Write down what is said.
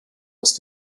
aus